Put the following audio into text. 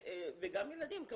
גם ילדים.